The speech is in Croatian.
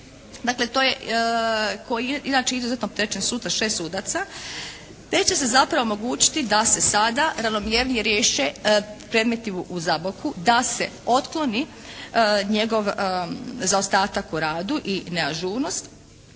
Dakle to je, koji je izuzetno opterećen sud od 6 sudaca te će se zapravo omogućiti da se sada ravnomjernije riješe predmeti u Zaboku da se otkloni njegov zaostatak u radu i neažurnost